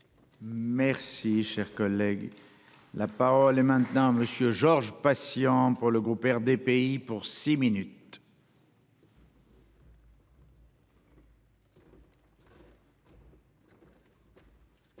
Merci cher collègue. La parole est maintenant Monsieur Georges Patient pour le groupe RDPI pour six minutes.